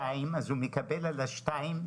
הוא מקבל על שני הילדים תוספת.